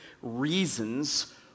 reasons